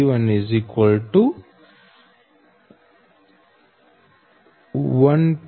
017 kV અને |V2||V1|1